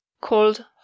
called